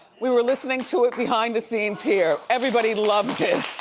we were listening to it behind the scenes here. everybody loves it.